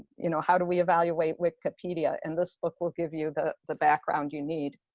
you know, how do we evaluate wikipedia? and this book will give you the the background you need.